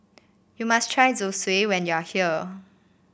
you must try Zosui when you are here